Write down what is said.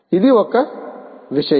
ఇది ఒక విషయం